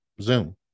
Zoom